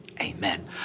Amen